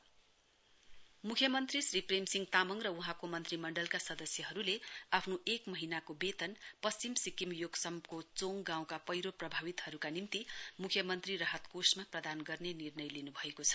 contribution relief fund मुख्यमन्त्री श्री प्रेमसिंह तामङ र वहाँको मन्त्रीमण्डलका सदस्यहरुले आफ्नो एक महीनाको वेतन पश्चिम सिक्किम योक्समको चोङ गाउँका पैह्रो प्रभावितहरुका निम्ति मुख्य मन्त्री राहत कोषमा प्रदान गर्ने निर्णय लिनुभएको छ